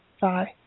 Bye